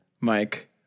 Mike